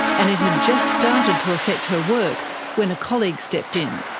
and it had just started to affect her work when a colleague stepped in.